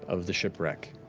of the shipwreck,